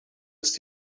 ist